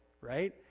right